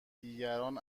دیگران